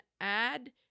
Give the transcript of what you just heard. add